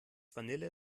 vanille